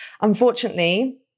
Unfortunately